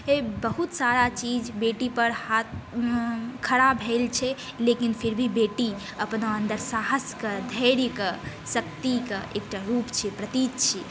अइ बहुत सारा चीज बेटीपर हाथ खरा भेल छै लेकिन फिर भी बेटी अपना अन्दर साहसके धैर्यके शक्तिके एकटा रूप छिए प्रतीक छिए